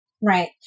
Right